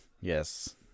Yes